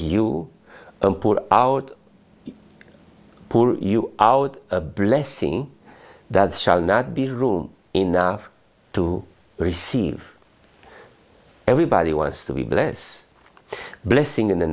pour out pull you out a blessing that shall not be room enough to receive everybody wants to be bless the blessing in the